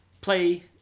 play